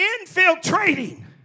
infiltrating